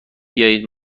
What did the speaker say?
بیایید